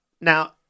Now